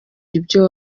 ibyo